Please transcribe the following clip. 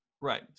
Right